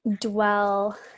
Dwell